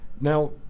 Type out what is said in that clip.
Now